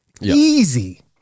Easy